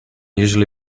usually